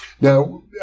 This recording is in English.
Now